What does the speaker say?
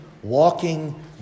Walking